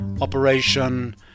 operation